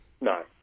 No